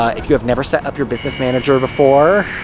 ah if you have never set up your business manager before.